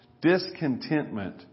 discontentment